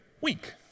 week